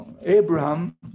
Abraham